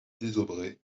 désaubrais